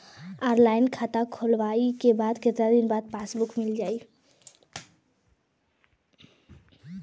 Online खाता खोलवईले के कितना दिन बाद पासबुक मील जाई?